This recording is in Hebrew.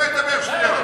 על איזה כסף אתה מדבר?